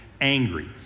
angry